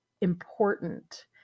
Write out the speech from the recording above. important